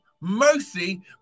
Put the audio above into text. mercy